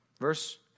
Verse